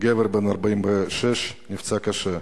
גבר בן 46 נפצע קשה,